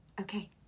Okay